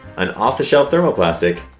an off the shelf thermoplastic,